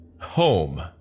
home